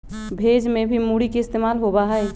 भेज में भी मूरी के इस्तेमाल होबा हई